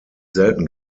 selten